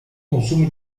consumo